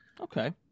Okay